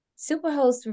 Superhost